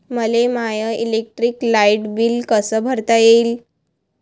मले my electric light bill कस भरता येईल?